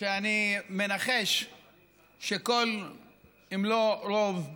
שאני מנחש שכל אם לא רוב,